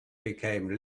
become